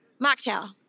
mocktail